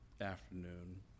afternoon